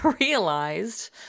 realized